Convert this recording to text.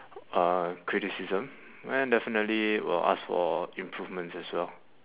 uh criticism and definitely will ask for improvements as well